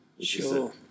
Sure